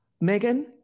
Megan